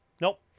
Nope